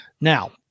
Now